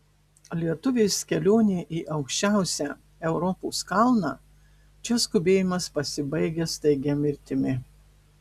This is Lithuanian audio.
lietuvės kelionė į aukščiausią europos kalną čia skubėjimas pasibaigia staigia mirtimi